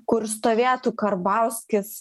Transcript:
kur stovėtų karbauskis